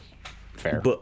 Fair